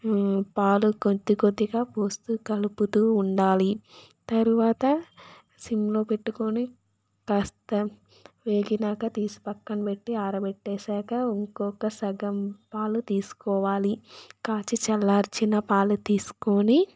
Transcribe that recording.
పాలు కొద్ది కొద్దిగా పోస్తూ కలుపుతూ ఉండాలి తర్వాత సిమ్లో పెట్టుకుని కాస్త వేగినాంకా తీసి పక్కన పెట్టి ఆరబెట్టేసాక ఇంకొక సగం పాలు తీసుకోవాలి కాచి చల్లార్చిన పాలు తీసుకుని